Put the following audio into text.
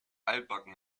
altbacken